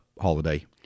holiday